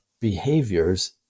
behaviors